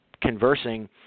conversing